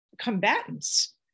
combatants